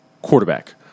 Quarterback